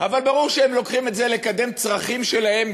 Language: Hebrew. אבל ברור שהם לוקחים את זה לקדם צרכים שלהם,